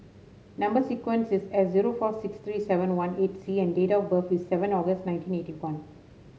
number sequence is S zero six four three seven eighteen C and date of birth is seven August nineteen eighty one